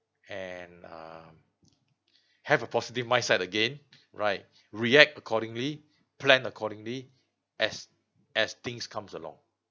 and um have a positive mindset again right react accordingly plan accordingly as as things comes along